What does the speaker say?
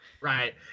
right